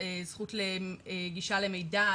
זכות גישה למידע,